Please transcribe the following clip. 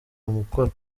umukoro